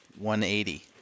180